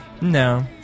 no